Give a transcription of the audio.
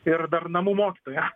ir dar namų mokytoja